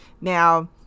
now